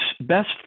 best